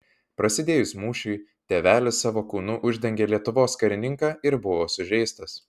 prasidėjus mūšiui tėvelis savo kūnu uždengė lietuvos karininką ir buvo sužeistas